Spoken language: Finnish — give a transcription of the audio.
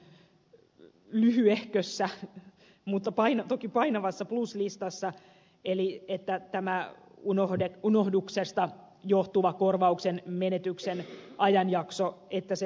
mustajärven lyhyehkössä mutta toki painavassa pluslistassa eli se että tämä unohduksesta johtuva korvauksen menetyksen ajanjakso lyhenee